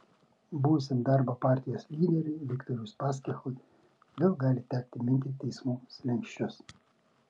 buvusiam darbo partijos lyderiui viktorui uspaskichui vėl gali tekti minti teismų slenksčius